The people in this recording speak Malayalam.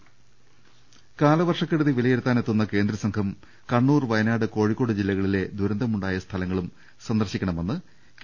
രുട്ടിട്ട്ട്ട്ട്ട്ട്ട കാലവർഷക്കെടുതി വിലയിരുത്താൻ എത്തുന്ന കേന്ദ്രസംഘം കണ്ണൂർ വയനാട് കോഴിക്കോട് ജില്ലകളിലെ ദുരന്തമുണ്ടായ സ്ഥലങ്ങളും സന്ദർശിക്കണമെന്ന് കെ